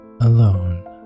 alone